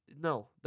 No